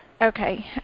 Okay